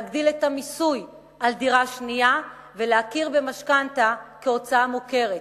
להגדיל את המיסוי על דירה שנייה ולהכיר במשכנתה כהוצאה מוכרת.